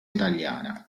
italiana